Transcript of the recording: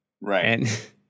Right